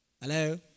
Hello